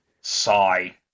Sigh